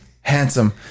Handsome